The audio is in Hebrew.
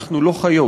אנחנו לא חיות.